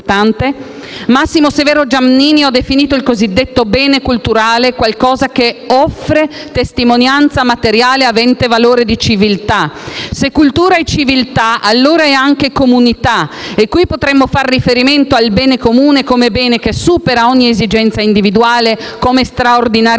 Massimo Severo Giannini ha definito il cosiddetto bene culturale qualcosa che «offre testimonianza materiale avente valore di civiltà». Se cultura è civiltà allora è anche comunità. E qui potremmo fare riferimento al bene comune come bene che supera ogni esigenza individuale, come straordinariamente